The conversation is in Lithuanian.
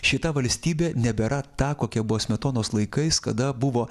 šita valstybė nebėra ta kokia buvo smetonos laikais kada buvo